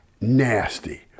nasty